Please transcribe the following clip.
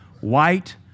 White